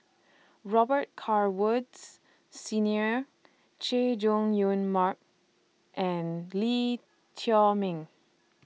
Robet Carr Woods Senior Chay Jung Jun Mark and Lee Chiaw Meng